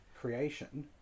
creation